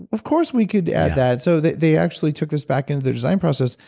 of course we could add that, so they they actually took us back into their design process.